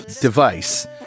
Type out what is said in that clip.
device